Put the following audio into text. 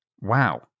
wow